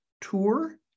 tour